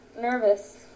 Nervous